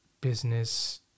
business